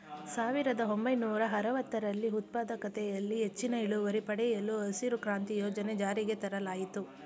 ಸಾವಿರದ ಒಂಬೈನೂರ ಅರವತ್ತರಲ್ಲಿ ಉತ್ಪಾದಕತೆಯಲ್ಲಿ ಹೆಚ್ಚಿನ ಇಳುವರಿ ಪಡೆಯಲು ಹಸಿರು ಕ್ರಾಂತಿ ಯೋಜನೆ ಜಾರಿಗೆ ತರಲಾಯಿತು